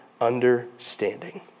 understanding